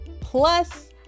Plus